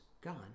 gone